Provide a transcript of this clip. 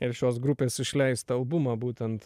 ir šios grupės išleistą albumą būtent